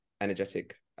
energetic